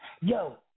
Yo